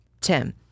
Tim